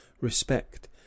respect